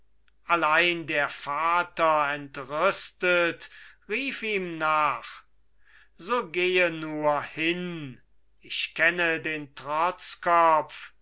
allein der vater entrüstet rief ihm nach so gehe nur hin ich kenne den trotzkopf